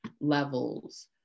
levels